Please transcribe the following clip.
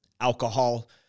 alcohol